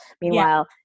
meanwhile